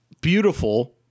beautiful